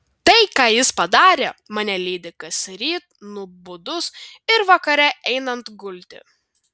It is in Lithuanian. tai ką jis padarė mane lydi kasryt nubudus ir vakare einant gulti